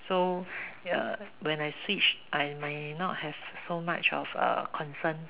so uh when I switch I may not have so much of err concern